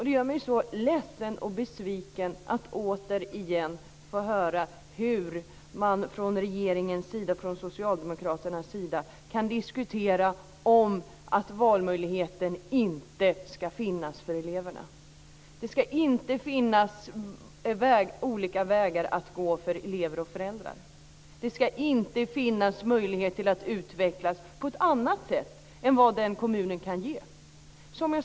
Det gör mig så ledsen och besviken att återigen få höra från socialdemokraternas, regeringens, sida att valmöjligheten inte ska få finnas för eleverna. Det ska inte få finnas olika vägar att gå för elever och föräldrar. Det ska inte finnas möjlighet till att utvecklas på annat sätt än vad den kommunen kan ge.